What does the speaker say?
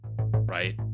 right